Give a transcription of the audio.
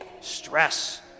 stress